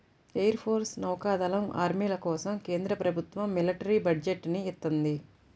air force, నౌకా దళం, ఆర్మీల కోసం కేంద్ర ప్రభుత్వం మిలిటరీ బడ్జెట్ ని ఇత్తంది